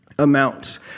amount